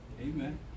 Amen